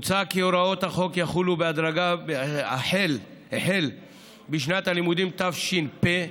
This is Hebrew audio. מוצע כי הוראות החוק יחולו בהדרגה החל בשנת הלימודים תש"פ,